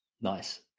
Nice